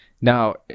now